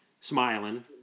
smiling